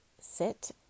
sit